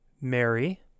Mary